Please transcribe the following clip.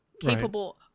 capable